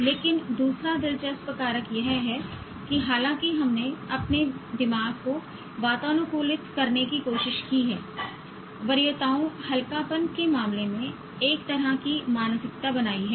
लेकिन दूसरा दिलचस्प कारक यह है कि हालांकि हमने अपने दिमाग को वातानुकूलित करने की कोशिश की है वरीयताओं हल्कापन के मामले में एक तरह की मानसिकता बनाई है